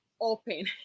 open